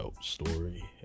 story